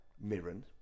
Mirren